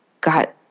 got